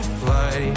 fly